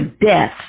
death